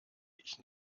ich